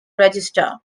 register